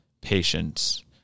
patience